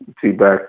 Feedback